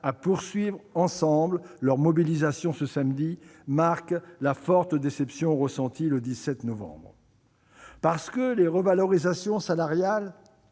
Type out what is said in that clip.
à poursuivre ensemble leur mobilisation ce samedi manifeste la forte déception ressentie le 17 novembre. En effet, les revalorisations salariales